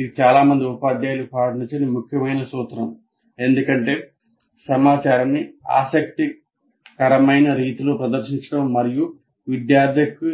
ఇది చాలా మంది ఉపాధ్యాయులు పాటించని ముఖ్యమైన సూత్రం ఎందుకంటే సమాచారాన్ని ఆసక్తికరమైన రీతిలో ప్రదర్శించడం మరియు విద్యార్థికి